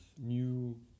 new